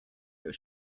your